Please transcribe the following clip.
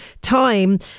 Time